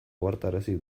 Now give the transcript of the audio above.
ohartarazi